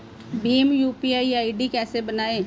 Bhim UPI ID कैसे बनाएं?